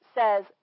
says